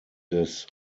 des